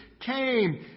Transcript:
came